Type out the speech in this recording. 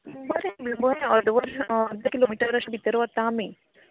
बरें बरें अर्द किलोमिटर अशें भितर व्हरता आमी